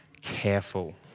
careful